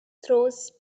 throws